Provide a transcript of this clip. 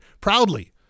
proudly